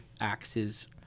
axes